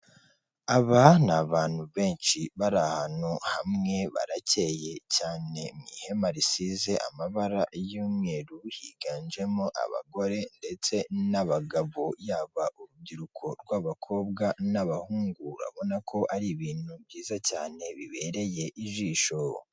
Aba ni abantu benshi bari ahantu hamwe, barakeye cyane, mu ihema risize amabara y'umweru, higanjemo abagore ndetse n'abagabo, yaba urubyiruko rw'abakobwa n'abahungu, urabona ko ari ibintu byiza cyane bibereye ijisho.